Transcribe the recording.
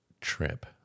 trip